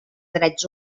drets